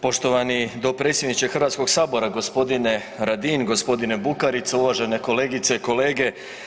Poštovani dopredsjedniče Hrvatskoga sabora gospodine Radin, gospodine Bukarica, uvažene kolegice i kolege.